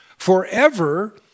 forever